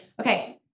Okay